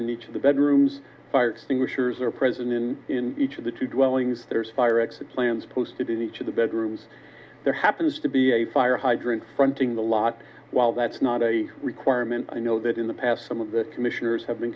in each of the bedrooms fire extinguishers are present in each of the two dwellings there's fire exit plans posted in each of the bedrooms there happens to be a fire hydrant fronting the lot while that's not a requirement i know that in the past some of the commissioners have been